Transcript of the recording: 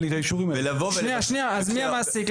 אז מי המעסיק?